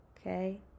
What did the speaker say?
Okay